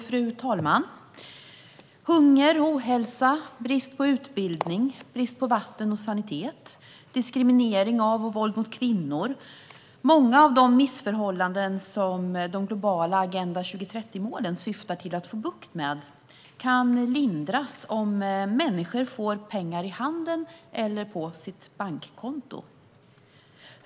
Fru talman! Hunger, ohälsa, brist på utbildning, brist på vatten och sanitet samt diskriminering av och våld mot kvinnor - många av de missförhållanden som de globala Agenda 2030-målen syftar till att få bukt med - kan lindras om människor får pengar i handen eller på sitt bankkonto.